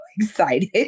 excited